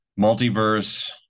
multiverse